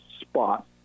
spot